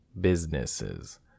businesses